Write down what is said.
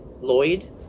Lloyd